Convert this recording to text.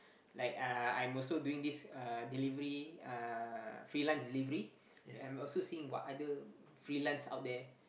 like uh I'm also doing this uh delivery uh freelance delivery I am also seeing what other freelance out there